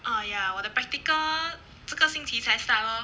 uh ya 我的 practical 这个星期才 start lor